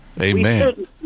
Amen